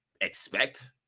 expect –